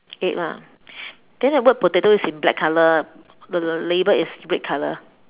eight lah then the word potato is in black colour the label is red colour